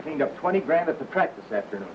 clean up twenty grand at the practice after